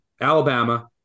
Alabama